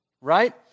right